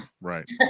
Right